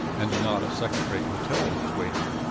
and not a second-rate hotel, was waiting.